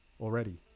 already